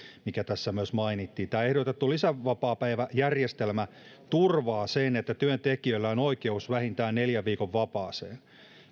mikä tässä myös mainittiin tämä ehdotettu lisävapaapäiväjärjestelmä turvaa sen että työntekijöillä on oikeus vähintään neljän viikon vapaaseen